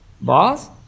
Boss